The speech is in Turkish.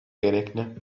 gerekli